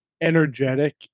energetic